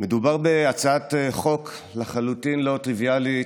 מדובר בהצעת חוק לחלוטין לא טריוויאלית,